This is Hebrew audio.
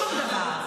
שום דבר.